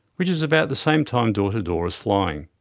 which is about the same time door-to-door as flying.